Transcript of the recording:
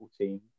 team